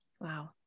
Wow